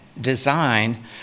design